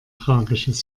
tragisches